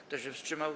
Kto się wstrzymał?